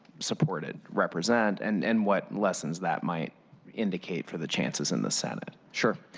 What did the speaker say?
support it represent, and and what lessons that might indicate for the chances in the senate. sure.